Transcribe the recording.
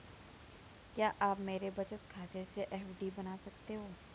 क्या आप मेरे बचत खाते से एफ.डी बना सकते हो?